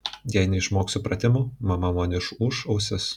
jei neišmoksiu pratimų mama man išūš ausis